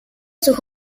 sus